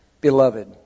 beloved